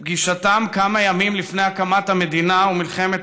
את פגישתם כמה ימים לפני הקמת המדינה ומלחמת